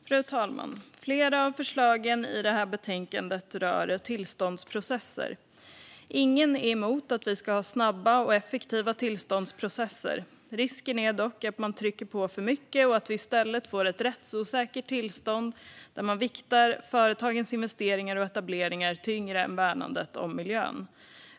Fru talman! Flera av förslagen i det här betänkandet rör tillståndsprocesser. Ingen är emot att vi ska ha snabba och effektiva tillståndsprocesser. Risken är dock att man trycker på för mycket och att vi i stället får ett rättsosäkert tillstånd där man viktar företagens investeringar och etableringar tyngre än värnandet om miljön.